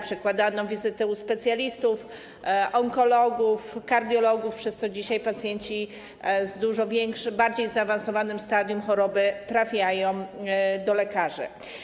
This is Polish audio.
Przekładano wizyty u specjalistów: onkologów, kardiologów, przez co dzisiaj pacjenci z dużo bardziej zaawansowanym stadium choroby trafiają do lekarzy.